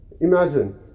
Imagine